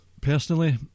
personally